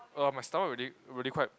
!uh! my stomach really really quite